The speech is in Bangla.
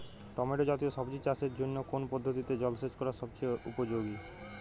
টমেটো জাতীয় সবজি চাষের জন্য কোন পদ্ধতিতে জলসেচ করা সবচেয়ে উপযোগী?